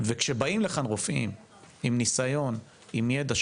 וכשבאים לכאן רופאים עם ניסיון ועם ידע,